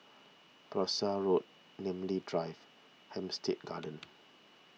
Parsi Road Namly Drive Hampstead Gardens